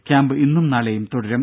camp ഇന്നും നാളെയും തുടരും